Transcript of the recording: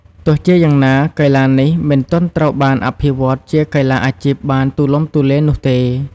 ទោះជាយ៉ាងណា កីឡានេះមិនទាន់ត្រូវបានអភិវឌ្ឍជាកីឡាអាជីពបានទូលំទូលាយនោះទេ។